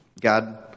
God